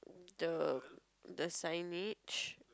the the signage